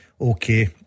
Okay